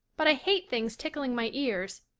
but i hate things tickling my ears.